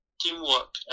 teamwork